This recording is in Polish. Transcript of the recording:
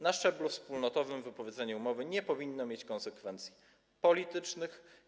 Na szczeblu wspólnotowym wypowiedzenie umowy nie powinno mieć konsekwencji politycznych.